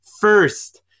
first